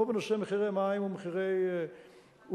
כמו בנושא מחירי מים ומחירי חשמל,